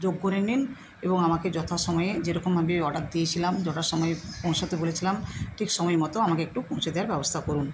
যোগ করে নিন এবং আমাকে যথা সময়ে যেরকম আমি অর্ডার দিয়েছিলাম যথা সময়ে পৌঁছতে বলেছিলাম ঠিক সময় মতো আমাকে একটু পৌঁছে দেওয়ার ব্যবস্থা করুন